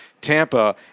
Tampa